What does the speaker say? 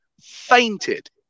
fainted